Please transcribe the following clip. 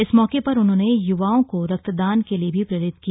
इस मौके पर उन्होंने युवाओं को रक्तदान के लिए भी प्रेरित किया